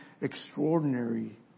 extraordinary